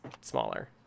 smaller